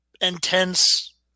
intense